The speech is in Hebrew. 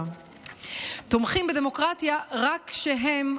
תומכים בדמוקרטיה רק כשהם,